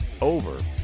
over